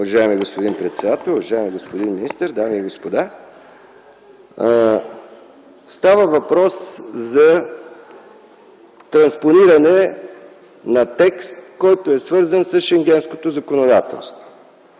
Уважаеми господин председател, уважаеми господин министър, дами и господа! Става въпрос за транспониране на текст, който е свързан с Шенгенското законодателство.